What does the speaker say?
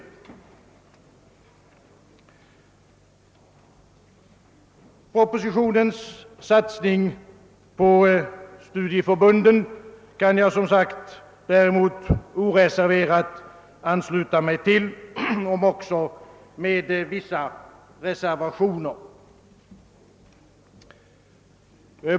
Propositionens satsning på studieförbunden kan jag däremot som sagt ansluta mig till om också med vissa reservationer.